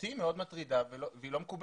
אותי היא מאוד מטרידה והיא לא מקובלת,